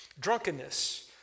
Drunkenness